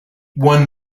one